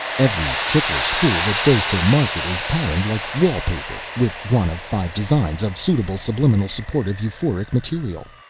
every tickler spool that goes to market is patterned like wallpaper with one of five designs of suitable subliminal supportive euphoric material.